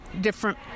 different